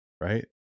right